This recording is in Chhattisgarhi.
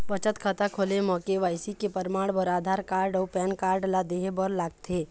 बचत खाता खोले म के.वाइ.सी के परमाण बर आधार कार्ड अउ पैन कार्ड ला देहे बर लागथे